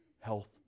health